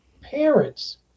parents